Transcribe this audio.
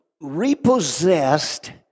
repossessed